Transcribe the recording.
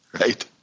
right